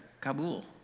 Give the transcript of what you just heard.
Kabul